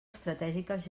estratègiques